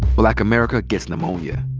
black america gets pneumonia.